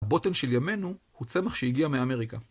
הבוטן של ימינו הוא צמח שהגיע מאמריקה.